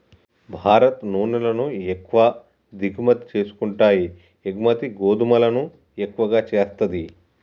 భారత్ నూనెలను ఎక్కువ దిగుమతి చేసుకుంటాయి ఎగుమతి గోధుమలను ఎక్కువ చేస్తది